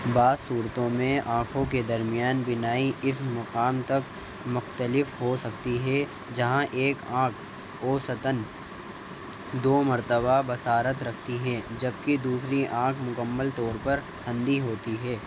بعض صورتوں میں آنکھوں کے درمیان بینائی اس مقام تک مختلف ہو سکتی ہے جہاں ایک آنکھ اوسطاً دو مرتبہ بصارت رکھتی ہے جبکہ دوسری آنکھ مکمل طور پر اندھی ہوتی ہے